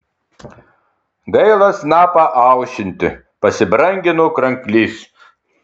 gaila snapą aušinti pasibrangino kranklys